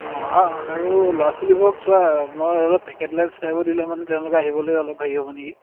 অঁ অঁ আৰু ল'ৰা ছোৱালীবোৰক চোৱা মই অলপ পেকেট দিলে মানে তেওঁলোকে আহিবলৈ অলপ হেৰি হ'ব নেকি